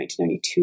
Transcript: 1992